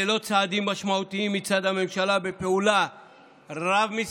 ללא צעדים משמעותיים מצד הממשלה בפעולה רב-משרדית,